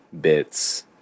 bits